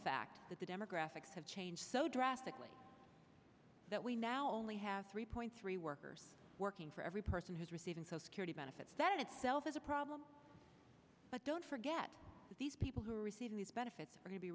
fact that the demographics have changed so drastically that we now only have three point three workers working for every person who is receiving so security benefits that in itself is a problem but don't forget that these people who are receiving these benefits are